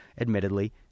admittedly